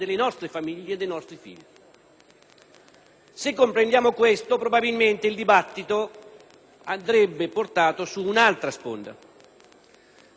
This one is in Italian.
Se comprendiamo questo, probabilmente il dibattito andrebbe portato su un'altra sponda, quella della correttezza,